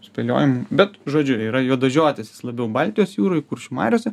spėliojimų bet žodžiu yra juodažiotis jis labiau baltijos jūroj kuršių mariose